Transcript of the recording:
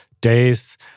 days